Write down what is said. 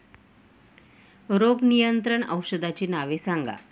रोग नियंत्रण औषधांची नावे सांगा?